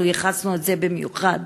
ייחדנו את זה במיוחד